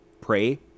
pray